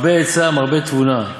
מרבה עצה, מרבה תבונה.